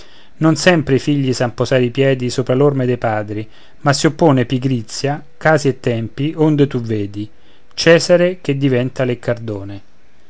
non sempre i figli san posar i piedi sopra l'orme dei padri ma si oppone pigrizia casi e tempi onde tu vedi cesare che diventa leccardone